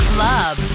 Club